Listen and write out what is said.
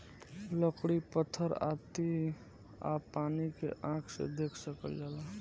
लकड़ी पत्थर आती आ पानी के आँख से देख सकल जाला